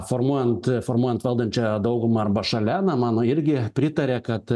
formuojant formuojant valdančiąją daugumą arba šalia na man irgi pritarė kad